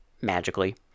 magically